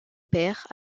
père